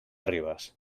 ribes